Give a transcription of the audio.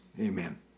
Amen